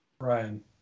Ryan